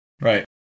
Right